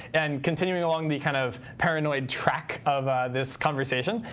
and continuing along the kind of paranoid track of this conversation,